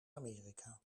amerika